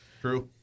True